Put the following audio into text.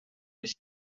nicht